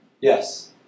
Yes